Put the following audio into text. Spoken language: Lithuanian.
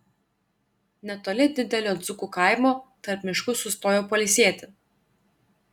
netoli didelio dzūkų kaimo tarp miškų sustojo pailsėti